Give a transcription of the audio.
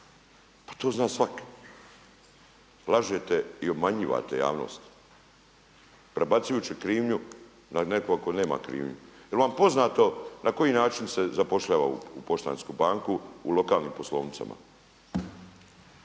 Pa to zna svak, lažete i obmanjivate javnost prebacujući krivnju na nekog ko nema krivnju. Jel' vam poznato na koji način se zapošljava u Poštansku banku u lokalnim poslovnicama?